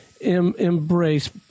embrace